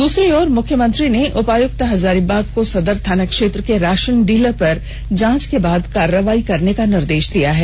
दूसारी ओर मुख्यमंत्री हेमन्त सोरेन ने उपायुक्त हजारीबाग को मुफस्सिल थाना क्षेत्र के राशन डीलर पर जांच के बाद कार्रवाई करने का निदेश दिया है